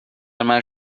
مرز